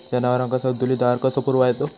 जनावरांका संतुलित आहार कसो पुरवायचो?